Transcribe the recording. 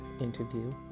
interview